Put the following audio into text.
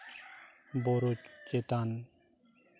ᱵᱩᱨᱩ ᱪᱮᱛᱟᱱ